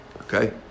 Okay